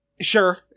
Sure